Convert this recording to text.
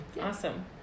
awesome